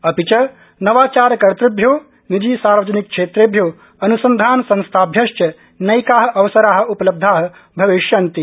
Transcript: अपि च नवाचारकर्तुम्यो निजी सार्वजनिक क्षेत्रेभ्यो अनुसन्धानसंस्थाभ्यश्च नैका अवसरा उपलब्धा भविष्यन्ति